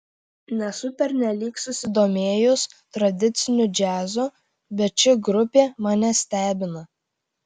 nesu pernelyg susidomėjus tradiciniu džiazu bet ši grupė mane stebina